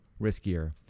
riskier